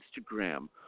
Instagram